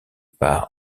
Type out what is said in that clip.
par